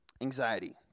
anxiety